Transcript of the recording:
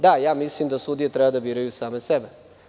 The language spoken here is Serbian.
Da, ja mislim da sudije treba da biraju sami sebe.